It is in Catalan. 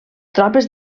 tropes